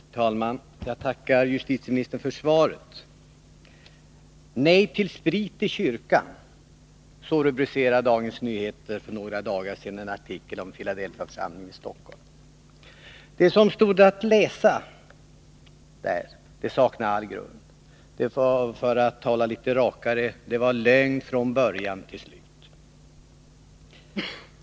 Herr talman! Jag tackar justitieministern för svaret. Nej till sprit i kyrkan. — Så rubricerade Dagens Nyheter för några dagar sedan en artikel om Filadelfiaförsamlingen i Stockholm. Det som stod att läsa saknade all grund eller rakare uttryckt: Det var lögn från början till slut.